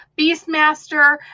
Beastmaster